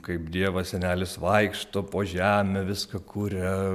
kaip dievas senelis vaikšto po žemę viską kuria